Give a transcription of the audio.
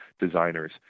designers